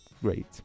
great